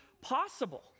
possible